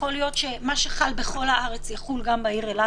יכול להיות שמה שחל בכל הארץ יחול גם בעיר אילת,